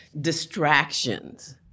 distractions